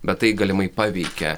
bet tai galimai paveikia